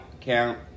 count